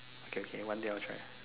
okay okay one day I will try